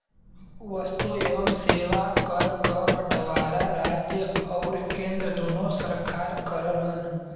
वस्तु एवं सेवा कर क बंटवारा राज्य आउर केंद्र दूने सरकार करलन